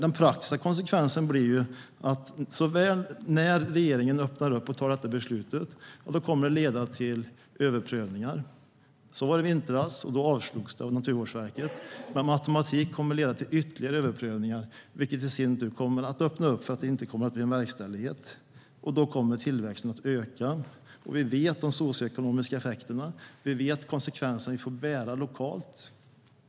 Den praktiska konsekvensen när regeringen tar detta beslut kommer att bli att det leder till överprövningar. Så var det i vintras, och då avslogs de av Naturvårdsverket. Men de kommer per automatik att leda till ytterligare överprövningar, vilket i sin tur kommer att öppna för att det inte blir någon verkställighet. Då kommer tillväxten att öka, och vi vet de socioekonomiska effekterna av detta. Vi vet vilka konsekvenser vi får bära lokalt.